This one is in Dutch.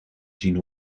zien